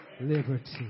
liberty